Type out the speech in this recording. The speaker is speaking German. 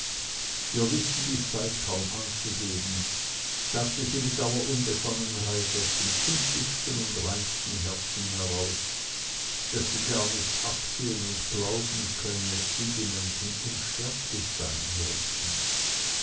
wir wissen die zeit kaum anzugeben sagte sie mit aller unbefangenheit aus dem kindlichsten und reinsten herzen heraus daß sie gar nicht absehen und glauben könne wie die menschen unsterblich sein sollten